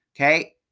Okay